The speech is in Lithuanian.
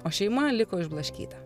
o šeima liko išblaškyta